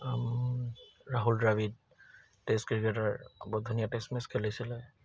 Rahul Dravid test cricketer বৰ ধুনীয়া test match খেলিছিলে